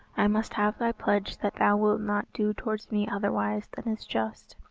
i must have thy pledge that thou wilt not do towards me otherwise than is just,